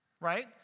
right